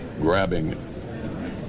grabbing